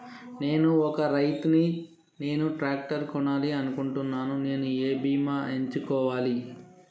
నేను ఒక రైతు ని నేను ట్రాక్టర్ కొనాలి అనుకుంటున్నాను నేను ఏ బీమా ఎంచుకోవాలి?